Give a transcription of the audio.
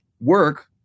work